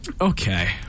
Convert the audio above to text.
Okay